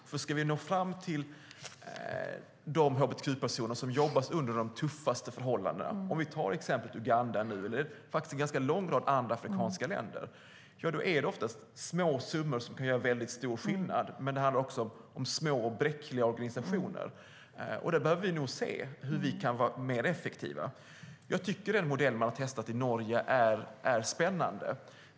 Om vi ska nå fram till de hbtq-personer som jobbar under de tuffaste förhållandena - vi kan ta exemplet Uganda eller en ganska lång rad andra afrikanska länder - är det oftast små summor som kan göra stor skillnad. Men det handlar också om små och bräckliga organisationer. Vi behöver nog se hur vi kan vara mer effektiva. Jag tycker att den modell man har testat i Norge är spännande.